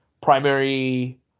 primary